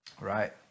right